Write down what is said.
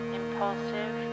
impulsive